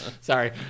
Sorry